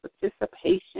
participation